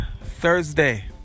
Thursday